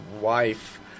wife